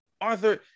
Arthur